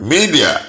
Media